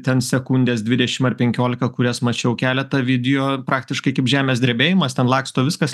ten sekundes dvidešim ar penkiolika kurias mačiau keletą video praktiškai kaip žemės drebėjimas ten laksto viskas